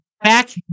back